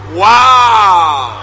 wow